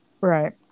Right